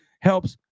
Helps